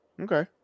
okay